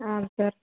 ಹಾಂ ಸರ್